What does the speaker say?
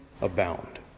abound